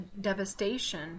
devastation